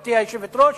גברתי היושבת-ראש,